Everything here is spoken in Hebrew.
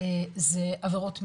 זה עבירות מין,